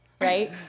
Right